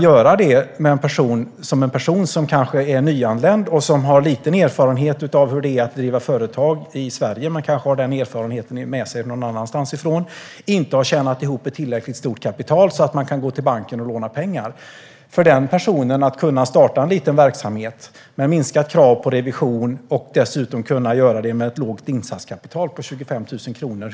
För en person som är nyanländ och har liten erfarenhet av hur det är att driva företag i Sverige, men kanske har sådan erfarenhet någon annanstans ifrån, och inte har tjänat ihop ett tillräckligt stort kapital för att kunna gå till banken och låna pengar kan det vara en möjlighet att starta en liten verksamhet, med minskat krav på revision och dessutom ett lågt insatskapital på 25 000 kronor.